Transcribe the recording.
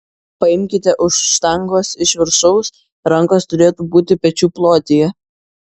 paimkite už štangos iš viršaus rankos turėtų būti pečių plotyje